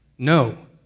No